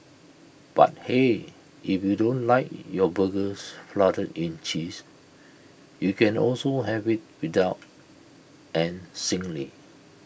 but hey if you don't like your burgers flooded in cheese you can also have IT without and singly